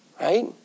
right